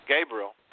Gabriel